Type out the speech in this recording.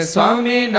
Swami